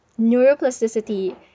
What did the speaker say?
Neuroplasticity